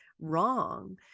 wrong